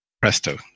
presto